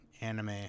anime